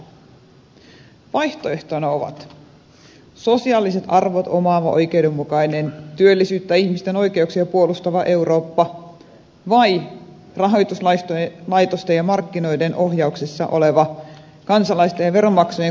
vaihtoehtoina ovat sosiaaliset arvot omaava oikeudenmukainen työllisyyttä ja ihmisten oikeuksia puolustava eurooppa tai rahoituslaitosten ja markkinoiden ohjauksessa oleva kansalaisten ja veronmaksajien kukkarolla käyvä eurooppa